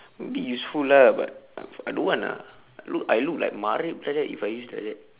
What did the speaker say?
a bit useful lah but I don't want ah I look I look like matrep like that if I use like that